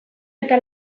eta